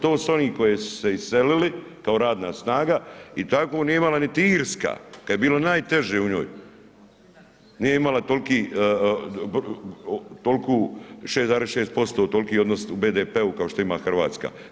To su oni koji su se iselili kao radna snaga i takvu nije imala niti Irska kada je bilo najteže u njoj, nije imala toliki 6,6% tolki odnos u BDP-u kao što ima Hrvatska.